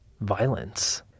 violence